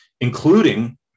including